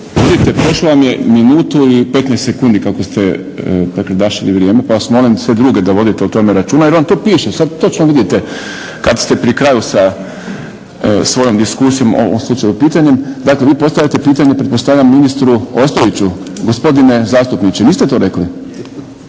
budite, prošlo vam je minutu i 15 sekundi kako ste prekrdašili vrijeme pa vas molim sve druge da vodite o tome računa jer vam to piše, sad točno vidite kad ste pri kraju sa svojom diskusijom u ovom slučaju pitanjem. Dakle, vi postavljate pitanje pretpostavljam ministru Ostojiću? Gospodine zastupniče, niste to rekli.